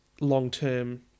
long-term